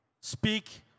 speak